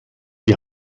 die